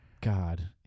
God